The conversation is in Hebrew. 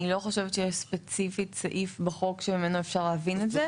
אני לא חושבת שיש ספציפית סעיף בחוק שממנו אפשר להבין את זה.